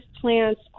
plants